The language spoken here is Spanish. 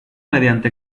mediante